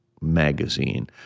magazine